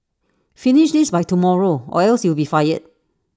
finish this by tomorrow or else you'll be fired